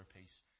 piece